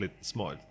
small